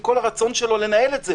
עם כל הרצון שלו לנהל את זה.